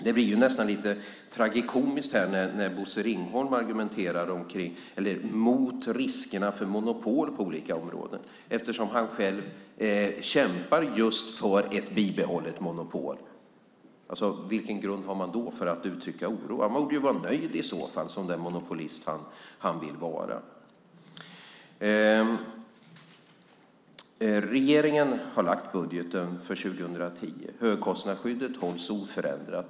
Det blir nästan lite tragikomiskt när Bosse Ringholm argumenterar om riskerna för monopol på olika områden, eftersom han själv kämpar just för ett bibehållet monopol. Vilken grund har han då för att uttrycka oro? Han borde ju vara nöjd som den monopolist han vill vara. Regeringen har lagt fram budgeten för 2010. Högkostnadsskyddet hålls oförändrat.